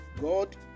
God